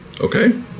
okay